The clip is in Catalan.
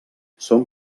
són